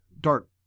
dark